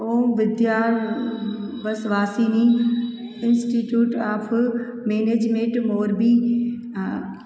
Om Vidya Vas Vasini institute of management Morbi a